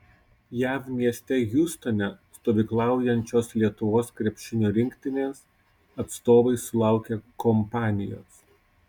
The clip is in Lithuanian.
jav mieste hjustone stovyklaujančios lietuvos krepšinio rinktinės atstovai sulaukė kompanijos